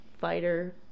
fighter